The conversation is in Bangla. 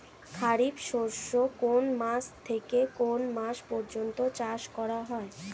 খারিফ শস্য কোন মাস থেকে কোন মাস পর্যন্ত চাষ করা হয়?